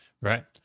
Right